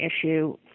issue